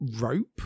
rope